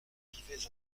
vivais